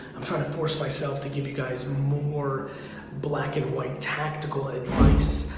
i'm trying to force myself to give you guys more black and white tactical advice.